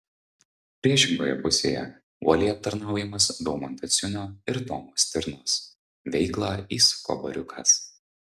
priešingoje pusėje uoliai aptarnaujamas daumanto ciunio ir tomo stirnos veiklą įsuko bariukas